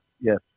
yes